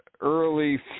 early